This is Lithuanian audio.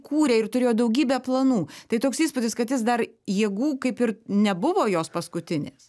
kūrė ir turėjo daugybę planų tai toks įspūdis kad jis dar jėgų kaip ir nebuvo jos paskutinės